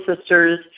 sisters